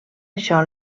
això